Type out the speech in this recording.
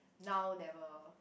now never